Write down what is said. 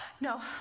No